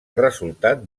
resultat